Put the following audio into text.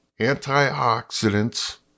antioxidants